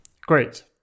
Great